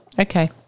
Okay